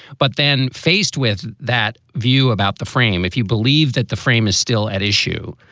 but then faced with that view about the frame, if you believe that the frame is still at issue,